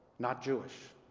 not jewish,